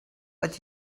but